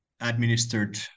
administered